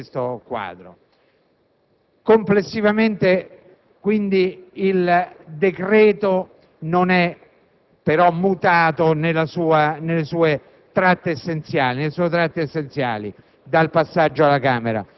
alle possibilità di coordinamento e di intervento del Ministero dei trasporti sui programmi scolastici, che non a un *deficit* di risorse in questo ambito.